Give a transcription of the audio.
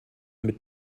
mit